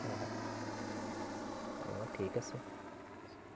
অঁ ঠিক আছে